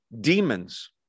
demons